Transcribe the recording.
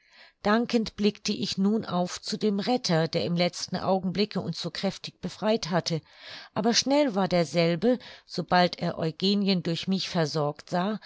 dankend blickte ich nun auf zu dem retter der im letzten augenblicke uns so kräftig befreit hatte aber schnell war derselbe sobald er eugenien durch mich versorgt sah